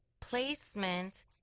placement